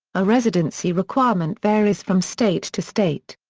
a residency requirement varies from state to state.